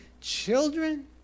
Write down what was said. children